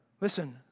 Listen